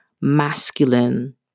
masculine